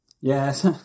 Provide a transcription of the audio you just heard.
Yes